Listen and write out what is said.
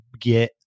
get